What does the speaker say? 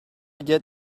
get